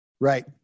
Right